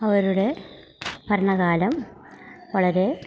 അവരുടെ ഭരണകാലം വളരേ